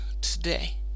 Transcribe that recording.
today